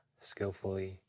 skillfully